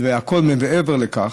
ומעבר לכך,